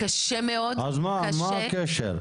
מה הקשר?